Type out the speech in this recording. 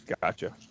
Gotcha